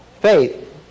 faith